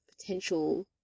potential